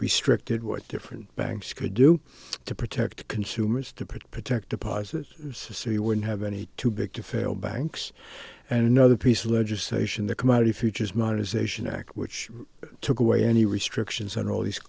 restricted what different banks could do to protect consumers to protect deposit society wouldn't have any too big to fail banks and another piece of legislation the commodity futures modernization act which took away any restrictions on all these